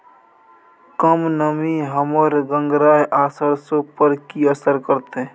कम नमी हमर गंगराय आ सरसो पर की असर करतै?